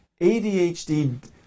ADHD